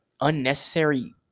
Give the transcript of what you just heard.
unnecessary